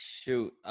shoot